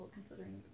considering